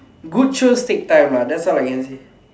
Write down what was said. good shows take time lah that's all I can